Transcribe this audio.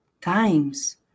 times